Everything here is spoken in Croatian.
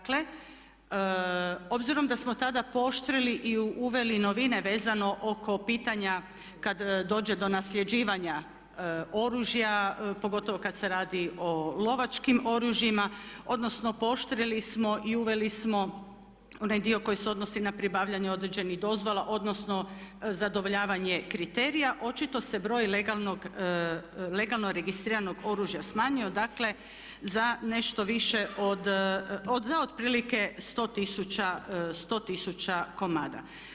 Dakle, obzirom da smo tada pooštrili i uveli i novine vezano oko pitanja kad dođe do nasljeđivanja oružja pogotovo kad se radi o lovačkim oružjima, odnosno pooštrili smo i uveli smo onaj dio koji se odnosi na pribavljanje određenih dozvola odnosno zadovoljavanje kriterija očito se broj legalno registriranog oružja smanjio, dakle za nešto više od, za otprilike 100 tisuća komada.